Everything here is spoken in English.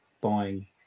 buying